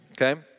okay